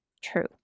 true